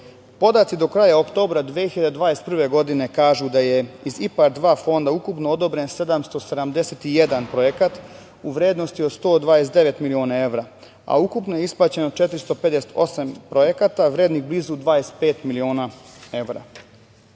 Podaci do kraja oktobra 2021. godine kažu da je iz IPARD 2 fonda ukupno odobren 771 projekat u vrednosti od 129 miliona evra, a ukupno je isplaćeno 458 projekata vrednih blizu 25 miliona evra. Čašu